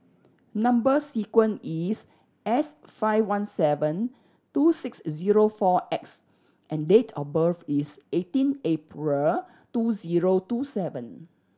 number sequence is S five one seven two six zero four X and date of birth is eighteen April two zero two seven